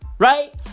Right